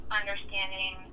understanding